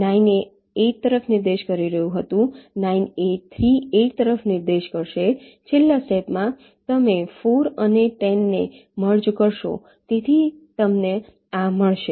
9 એ 8 તરફ નિર્દેશ કરી રહ્યું હતું 9 એ 3 8 તરફ નિર્દેશ કરશે છેલ્લા સ્ટેપમાં તમે 4 અને 10 ને મર્જ કરશો તેથી તમને આ મળશે